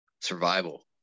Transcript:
survival